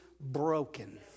broken